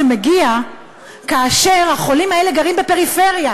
מגיע כאשר החולים האלה גרים בפריפריה,